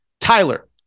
Tyler